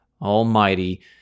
Almighty